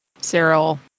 Cyril